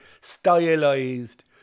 stylized